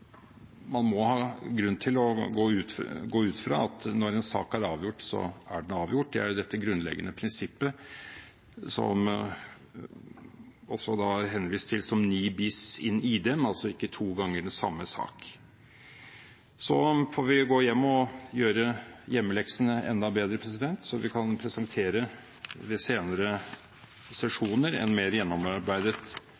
Man må ha grunn til å gå ut fra at når en sak er avgjort, så er den avgjort. Det er jo dette grunnleggende prinsippet – som også er henvist til som ne bis in idem – altså: ikke to ganger den samme sak. Så får vi gå hjem og gjøre hjemmeleksene enda bedre, så vi kan presentere ved senere sesjoner en mer gjennomarbeidet